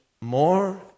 more